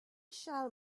shall